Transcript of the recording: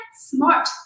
Smart